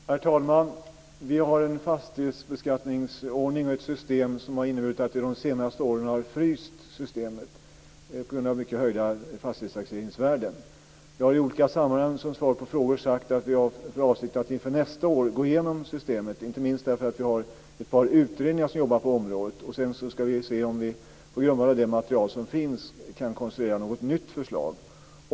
Herr talman! Vi har en fastighetsbeskattningsordning och ett system som har inneburit att vi de senaste åren har fryst systemet på grund av mycket höjda fastighetstaxeringsvärden. Jag har i olika sammanhang som svar på frågor sagt att vi har för avsikt att inför nästa år gå igenom systemet, inte minst därför att vi har ett par utredningar som jobbar på området. Sedan ska vi se om vi på grundval av det material som finns kan konstruera något nytt förslag.